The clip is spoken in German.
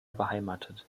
beheimatet